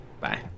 Bye